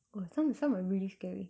oh some are some are really scary